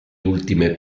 ultime